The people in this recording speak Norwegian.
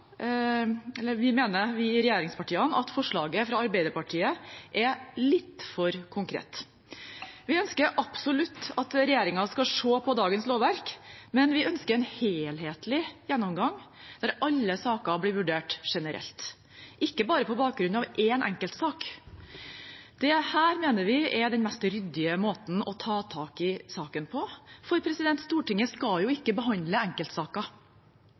forslaget fra Arbeiderpartiet er litt for konkret. Vi ønsker absolutt at regjeringen skal se på dagens lovverk, men vi ønsker en helhetlig gjennomgang, der alle saker blir vurdert generelt, ikke bare på bakgrunn av én enkeltsak. Dette mener vi er den mest ryddige måten å ta tak i saken på, for Stortinget skal ikke behandle enkeltsaker.